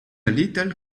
little